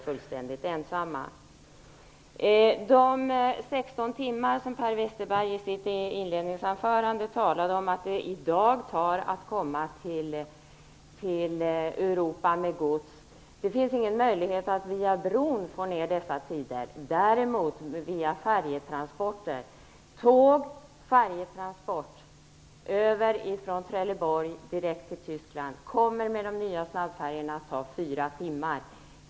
Den tid på 16 timmar som det, som Per Westerberg talade om i sitt huvudanförande, i dag tar att komma till Europa med gods, finns det ingen möjlighet att minska via bron. Däremot går det via färjetransporter. Tåg och färjetransport från Trelleborg direkt till Tyskland kommer med de nya snabbfärjorna att ta fyra timmar.